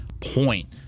point